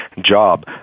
job